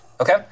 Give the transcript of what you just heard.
Okay